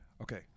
Okay